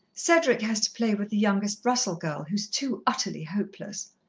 cedric has to play with the youngest russell girl, who's too utterly hopeless.